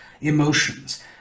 emotions